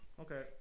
Okay